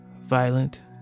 violent